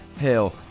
Hell